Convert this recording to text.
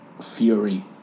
Fury